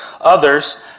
others